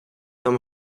там